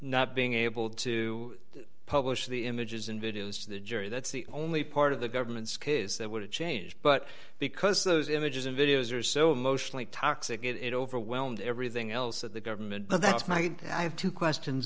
not being able to publish the images and videos to the jury that's the only part of the government's case that would have changed but because those images and videos are so emotionally toxic it overwhelms everything else that the government but that's my god i have two questions